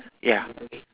ya